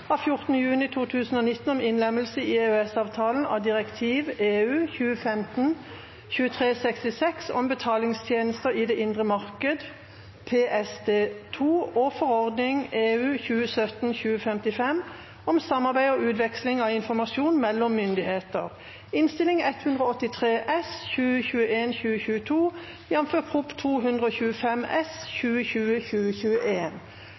om innlemmelse i EØS-avtalen av direktiv 2015/2366 om betalingstjenester i det indre marked, også omtalt som PSD2, og forordning 2017/2055 om samarbeid og utveksling av informasjon mellom myndigheter.